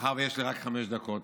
מאחר שיש לי רק חמש דקות,